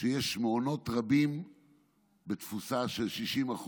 שיש מעונות רבים בתפוסה של 60%,